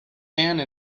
anne